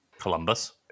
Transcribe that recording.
Columbus